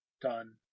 Done